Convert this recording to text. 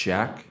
Jack